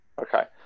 Okay